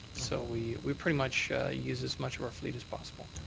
so we we pretty much use as much of our fleet as possible.